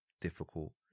difficult